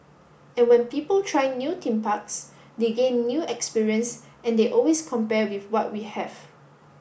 and when people try new theme parks they gain new experience and they always compare with what we have